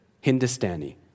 Hindustani